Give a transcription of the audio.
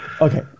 Okay